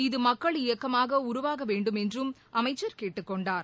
இது மக்கள் இயக்கமாக உருவாக வேண்டுமென்றும் அமைச்சர் கேட்டுக் கொண்டார்